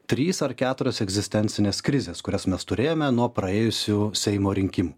trys ar keturios egzistencinės krizės kurias mes turėjome nuo praėjusių seimo rinkimų